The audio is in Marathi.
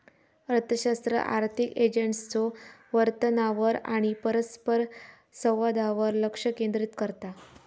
अर्थशास्त्र आर्थिक एजंट्सच्यो वर्तनावर आणि परस्परसंवादावर लक्ष केंद्रित करता